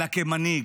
אלא כמנהיג,